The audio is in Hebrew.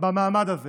במעמד הזה